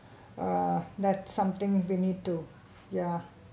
uh that's something we need to ya